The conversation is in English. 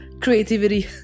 creativity